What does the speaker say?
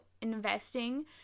investing